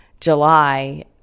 July